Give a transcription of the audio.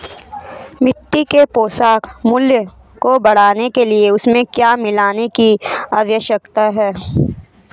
मिट्टी के पोषक मूल्य को बढ़ाने के लिए उसमें क्या मिलाने की आवश्यकता है?